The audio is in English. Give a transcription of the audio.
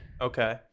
Okay